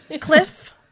Cliff